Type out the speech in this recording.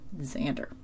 Xander